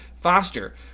faster